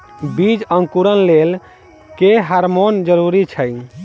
बीज अंकुरण लेल केँ हार्मोन जरूरी छै?